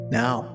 now